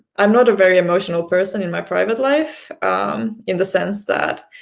i'm not a very emotional person in my private life in the sense that